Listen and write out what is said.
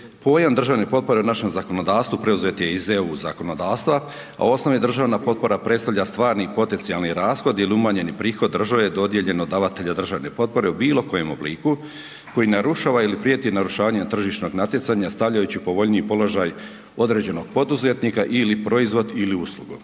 Pojam državne potpore u našem zakonodavstvu preuzet je iz EU zakonodavstva, a osnovna i državna potpora predstavlja stvarni i potencijalni rashod ili umanjeni prihod države dodijeljen od davatelja državne potpore u bilo kojem obliku koji narušava ili prijeti narušavanjem tržišnog natjecanja stavljajući u povoljniji položaj određenog poduzetnika ili proizvod ili uslugu.